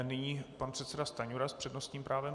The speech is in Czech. Nyní pan předseda Stanjura s přednostním právem.